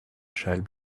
child